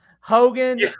Hogan